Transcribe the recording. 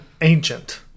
ancient